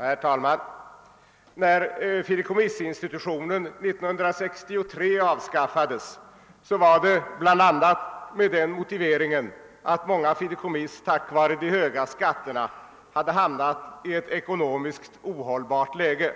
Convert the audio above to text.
Herr talman! När fideikommissinstitutionen 1963 avskaffades skedde detta bl.a. med den motiveringen att många fideikommiss på grund av de höga skatterna hade hamnat i ett ekonomiskt ohållbart läge